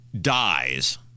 dies